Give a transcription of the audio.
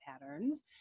patterns